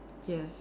yes